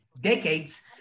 decades